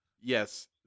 Yes